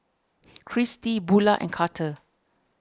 Kristy Bula and Karter